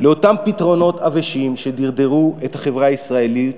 לאותם פתרונות עבשים שדרדרו את החברה הישראלית